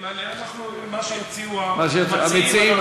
מה שיציעו המציעים אנחנו מציעים.